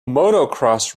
motocross